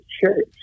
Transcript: church